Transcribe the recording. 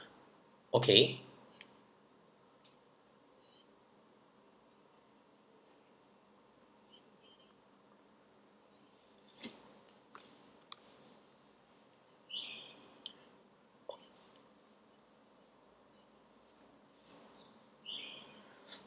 okay